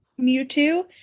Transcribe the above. Mewtwo